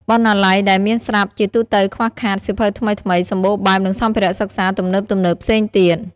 បណ្ណាល័យដែលមានស្រាប់ជាទូទៅខ្វះខាត សៀវភៅថ្មីៗ សម្បូរបែប និងសម្ភារៈសិក្សា ទំនើបៗផ្សេងទៀត។